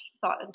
thought